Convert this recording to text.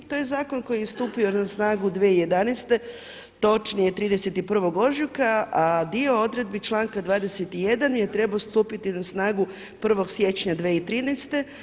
To je zakon koji je stupio na snagu 2011. točnije 31. ožujka a dio odredi članka 21. mi je trebao stupiti na snagu 1. siječnja 2013.